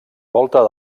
volta